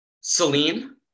Celine